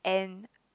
and